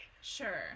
sure